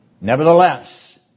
Nevertheless